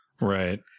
Right